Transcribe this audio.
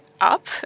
up